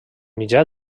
mitjà